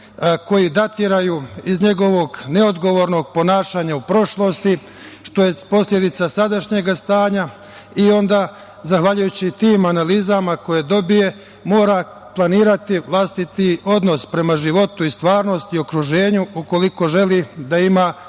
koji datiraju iz njegovog neodgovornog ponašanja u prošlosti, što je posledica sadašnjeg stanja i onda, zahvaljujući tim analizama koje dobije mora planirati vlastiti odnos prema životu, stvarnosti i okruženju ukoliko želi da ima